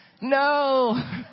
No